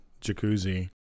Jacuzzi